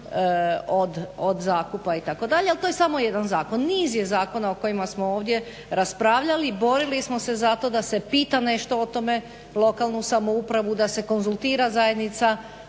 od zakupa itd. ali to je samo jedan zakon. Niz je zakona o kojima smo ovdje raspravljali, borili smo se za to da se pita nešto o tome lokalnu samoupravu, da se konzultira zajednica